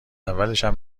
اولشم